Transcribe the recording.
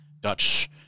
Dutch